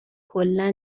کلا